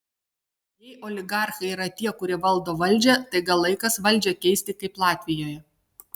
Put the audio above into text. jei oligarchai yra tie kurie valdo valdžią tai gal laikas valdžią keisti kaip latvijoje